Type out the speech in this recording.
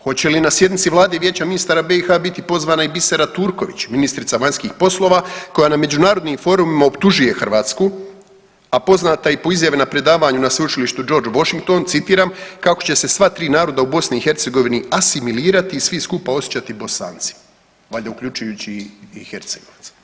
Hoće li i na sjednici vlade i vijeća ministara BiH biti pozvati i Bisera Turković, ministrica vanjskih poslova koja na međunarodnim forumima optužuje Hrvatsku, a poznata je i po izjavi na predavanju na Sveučilištu Georege Washington, citiram, kako će se sva tri naroda u BiH asimilirati i svi skupa osjećati Bosanci, valjda uključujući i Hercegovce?